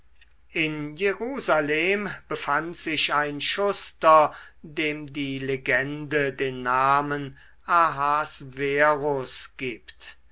in jerusalem befand sich ein schuster dem die legende den namen ahasverus gibt